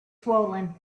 swollen